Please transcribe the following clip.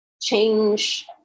change